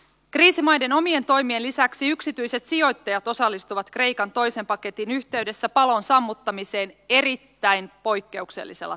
kriisimaiden omien toimien lisäksi yksityiset sijoittajat osallistuvat kreikan toisen paketin yhteydessä palon sammuttamiseen erittäin poikkeuksellisella tavalla